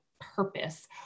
purpose